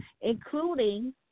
including